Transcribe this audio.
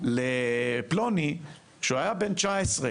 לפלוני כשהוא היה בן 19,